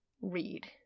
read